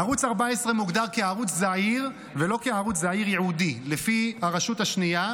ערוץ 14 מוגדר כערוץ זעיר ולא כערוץ זעיר ייעודי לפי הרשות השנייה,